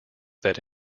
that